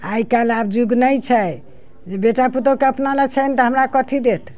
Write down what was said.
आइ कल्हि आब जुग नहि छै जे बेटा पुतहुके अपना लय छनि तऽ हमरा कथी देत